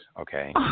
Okay